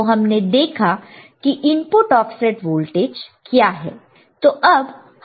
तो हमने देखा है कि इनपुट ऑफसेट वोल्टेज क्या है